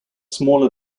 smaller